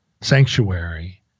sanctuary